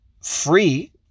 free